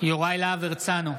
יוראי להב הרצנו,